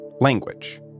language